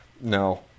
No